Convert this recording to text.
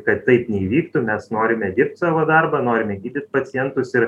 kad taip neįvyktų mes norime dirbt savo darbą norime gydyt pacientus ir